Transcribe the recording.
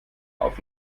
auf